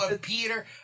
Peter